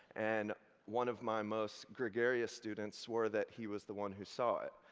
and one of my most gregarious students swore that he was the one who saw it.